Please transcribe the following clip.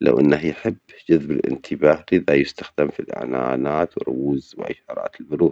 لو أنه يحب جذب الانتباه، لذا يُستخدم في الإعلانات ورموز وإشارات المرور.